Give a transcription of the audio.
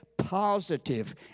positive